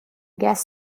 gas